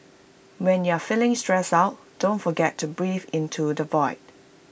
when you are feeling stressed out don't forget to breathe into the void